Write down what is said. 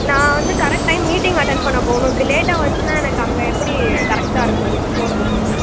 நான் வந்து correct time meeting attend பண்ண போகணும் இப்படி லேட்டாக வந்துச்சுன்னா எனக்கு அங்கே எப்படி கரெக்டாக இருக்கும் போகிறதுக்கு